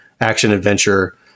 action-adventure